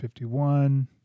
51